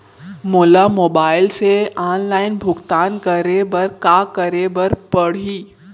मोला मोबाइल से ऑनलाइन भुगतान करे बर का करे बर पड़ही?